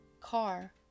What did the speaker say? car